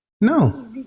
no